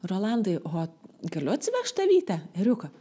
rolandai o galiu atsivežt avytę ėriuką